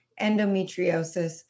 endometriosis